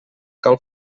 cal